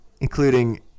including